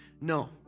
No